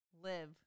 Live